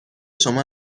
شما